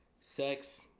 sex